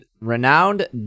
renowned